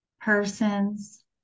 persons